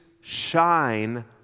shine